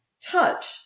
touch